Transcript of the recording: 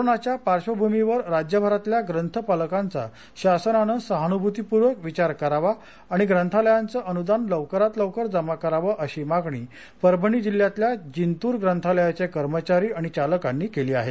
कोरोनाच्या पार्श्वभूमीवर राज्यभरातल्या ग्रंथ पालकांचा शासनानं सहानुभूतीपूर्वक विचार करावा आणि ग्रंथालयांचं अनुदान लवकरात लवकर जमा करावं अशी मागणी परभणी जिल्ह्यातल्या जिंतूर ग्रंथालयाचे कर्मचारी आणि चालकांनी केली आहे